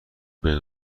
بین